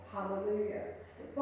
Hallelujah